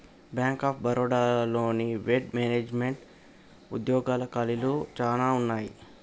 bank of Baroda లోని వెడ్ మేనేజ్మెంట్లో ఉద్యోగాల ఖాళీలు చానా ఉన్నయి